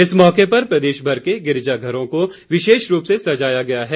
इस मौके पर प्रदेशभर के गिरिजाघरों को विशेष रूप से सजाया गया है